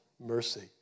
mercy